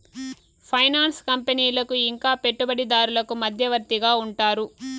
finance కంపెనీలకు ఇంకా పెట్టుబడిదారులకు మధ్యవర్తిగా ఉంటారు